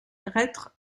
reîtres